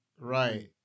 Right